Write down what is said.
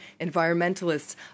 environmentalists